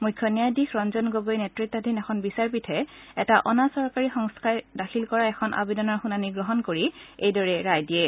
মুখ্য ন্যায়াধীশ ৰঞ্জন গগৈ নেতৃতাধীন এখন বিচাৰপীঠে এটা অনা চৰকাৰী সংস্থাই দাখিল কৰা এখন আবেদনৰ শুনানি গ্ৰহণ কৰি এইদৰে ৰায় দিয়ে